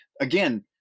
again